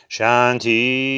Shanti